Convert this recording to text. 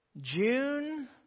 June